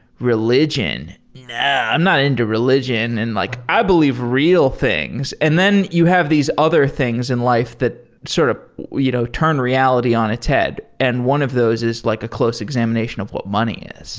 religion. no. i'm not into religion. and like i believe real things. and then you have these other things in life that sort of you know turn reality on its head. and one of those is like a close examination of what money is